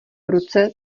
ruce